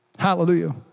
Hallelujah